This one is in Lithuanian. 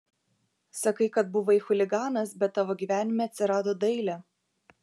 sakai kad buvai chuliganas bet tavo gyvenime atsirado dailė